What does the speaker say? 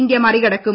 India മറികടക്കും